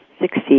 succeed